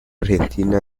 argentina